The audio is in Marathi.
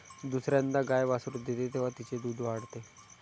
दुसर्यांदा गाय वासरू देते तेव्हा तिचे दूध वाढते